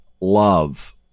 love